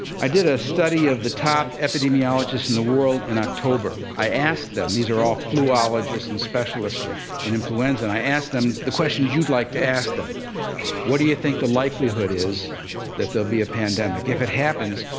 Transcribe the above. i did a study of the top epidemiologists in the world in october. i asked them these are all fluologists and specialists in influenza and i asked them the questions you'd like to ask them what do you think the likelihood is that there'll be a pandemic? if it happens,